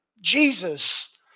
Jesus